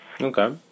Okay